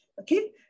okay